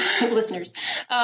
listeners